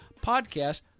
podcast